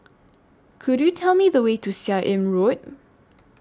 Could YOU Tell Me The Way to Seah Im Road